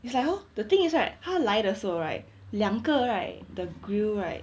it's like hor the thing is like 它来的时候 right 两个 right the grill right